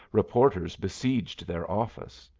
reporters besieged their office.